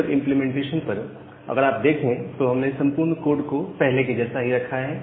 server implementation पर अगर आप देखें तो हमने संपूर्ण कोड को पहले के जैसा ही रखा है